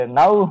now